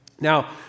Now